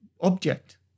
object